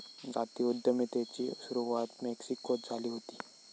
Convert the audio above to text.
जाती उद्यमितेची सुरवात मेक्सिकोत झाली हुती